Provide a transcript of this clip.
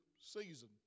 season